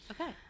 Okay